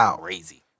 crazy